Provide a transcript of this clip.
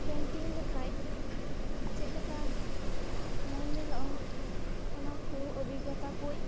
painting ᱞᱮᱠᱷᱟᱪ ᱪᱮᱫ ᱞᱮᱠᱟ ᱢᱚᱡᱽ ᱧᱮᱞᱚᱜᱼᱟ ᱚᱱᱟᱠᱩ ᱚᱵᱷᱤᱜᱚᱛᱟ ᱠᱚ